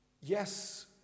yes